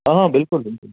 آ بِلکُل بِکُل